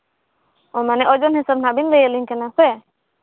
ᱚ ᱢᱟᱱᱮ ᱳᱡᱳᱱ ᱦᱤᱥᱟᱹᱵᱽ ᱦᱟᱸᱜ ᱵᱤᱱ ᱞᱟᱹᱭᱟᱹᱞᱤᱧ ᱠᱟᱱᱟ ᱥᱮ